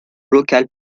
locale